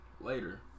later